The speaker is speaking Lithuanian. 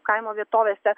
kaimo vietovėse